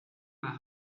para